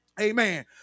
Amen